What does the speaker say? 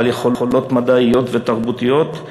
בעל יכולות מדעיות ותרבותיות,